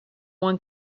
one